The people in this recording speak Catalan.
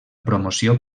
promoció